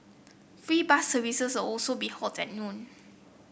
free bus services will also be halted at noon